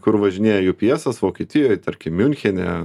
kur važinėja jupiesas vokietijoj tarkim miunchene